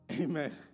amen